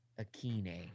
Akine